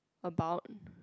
about